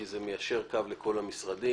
כי זה מיישר קו לכל המשרדים,